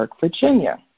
Virginia